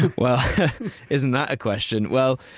well isn't that a question. well,